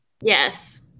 Yes